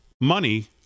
money